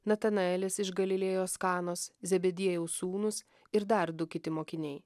natanaelis iš galilėjos kanos zebediejaus sūnūs ir dar du kiti mokiniai